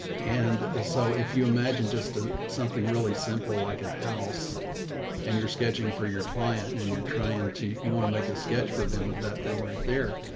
and so if you imagine just ah something really simple, like a house and you're sketching for your client, and you're trying to, you want to make a sketch for them of that thing right there.